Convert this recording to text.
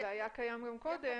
זה היה קיים גם קודם,